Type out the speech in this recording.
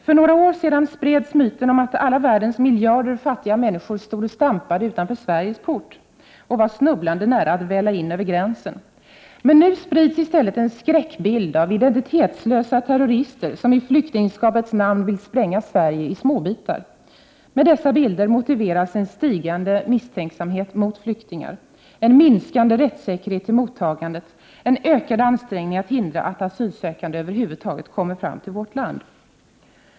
För några år sedan spreds myten att alla världens miljarder fattiga människor stod och stampade utanför Sveriges port och var snubblande nära att välla in över gränsen. Nu sprids i stället en skräckbild föreställande identitetslösa terrorister som i flyktingskapets namn vill spränga Sverige i små bitar. Med dessa bilder motiveras en stigande misstänksamhet mot flyktingar, en minskande rättssäkerhet i mottagandet, en ökad ansträngning att hindra att asylsökande över huvud taget kommer fram till vårt land.